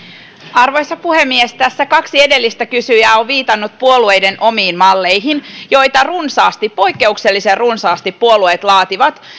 arvoisa puhemies tässä kaksi edellistä kysyjää ovat viitanneet puolueiden omiin malleihin joita runsaasti poikkeuksellisen runsaasti puolueet laativat